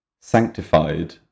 sanctified